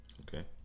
Okay